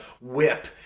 whip